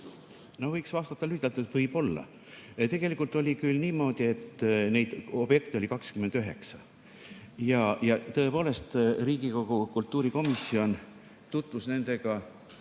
Võiks vastata lühidalt, et võib-olla. Tegelikult oli küll niimoodi, et neid objekte oli 29. Tõepoolest, Riigikogu kultuurikomisjon tutvus nendega